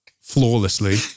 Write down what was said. Flawlessly